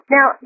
Now